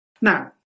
Now